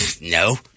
no